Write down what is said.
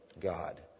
God